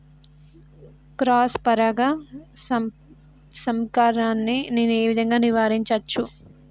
Cross పరాగ సంపర్కాన్ని నేను ఏ విధంగా నివారించచ్చు?